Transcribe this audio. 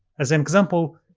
as an example,